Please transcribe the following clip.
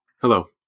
Hello